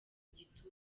igitutu